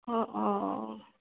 অঁ অঁ